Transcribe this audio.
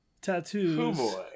tattoos